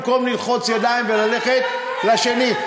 במקום ללחוץ ידיים וללכת לשני.